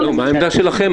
מה העמדה שלכם?